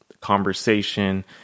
conversation